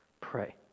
Pray